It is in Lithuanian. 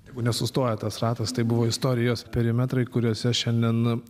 tegu nesustoja tas ratas tai buvo istorijos perimetrai kuriuose šiandien